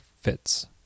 fits